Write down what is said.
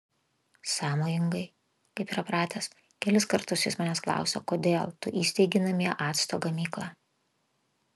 sąmojingai kaip yra pratęs kelis kartus jis manęs klausė kodėl tu įsteigei namie acto gamyklą